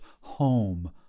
home